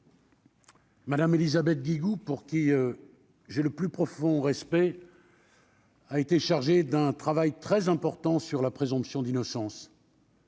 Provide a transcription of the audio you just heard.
Madame Élisabeth Guigou pour qui j'ai le plus profond respect. A été chargé d'un travail très important sur la présomption d'innocence.